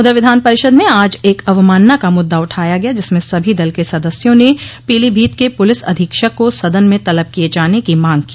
उधर विधान परिषद में आज एक अवमानना का मुद्दा उठाया गया जिसमें सभी दल के सदस्यों ने पीलीभीत के पुलिस अधीक्षक को सदन में तलब किये जाने की मांग की